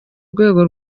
rwego